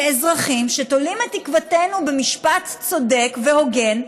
כאזרחים שתולים את תקוותנו במשפט צודק והוגן,